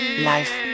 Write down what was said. Life